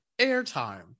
airtime